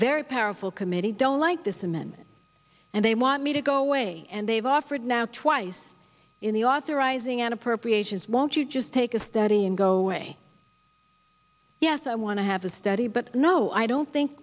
very powerful committee don't like this amendment and they want me to go away and they've offered now twice in the authorizing an appropriations won't you just take a study and go away yes i want to have a study but no i don't think